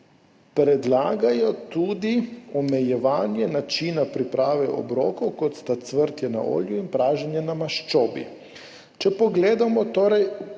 predlagajo tudi omejevanje načina priprav obrokov, kot sta cvrtje na olju in praženje na maščobi.